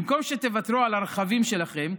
במקום שתוותרו על הרכבים שלכם,